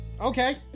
Okay